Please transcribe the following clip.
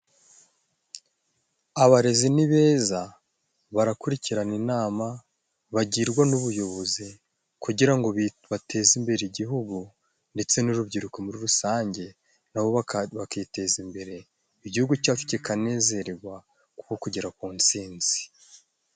Abarezi ni beza barakurikirana inama bagirwa n'ubuyobozi, kugira ngo bateze imbere igihugu. Ndetse n'urubyiruko muri rusange nabo bakiteza imbere, igihugu cyacu kikanezererwa kuko kugera ku ntsinzi.